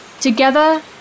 Together